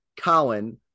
Colin